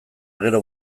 gero